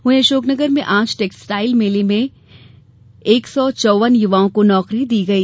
वहीं अशोकनगर में आज टेक्सटाइल रोजगार मेले में एक सौ चौवन युवाओं को नौकरी दी गई